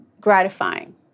gratifying